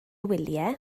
wyliau